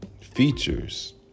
features